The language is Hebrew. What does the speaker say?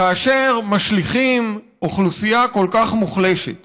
כאשר משליכים אוכלוסייה כל כך מוחלשת